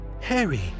Harry